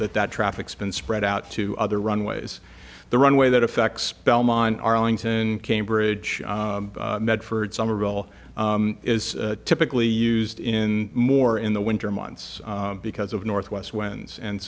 that that traffic spin spread out to other runways the runway that affects belmont arlington cambridge medford somerville is typically used in more in the winter months because of northwest winds and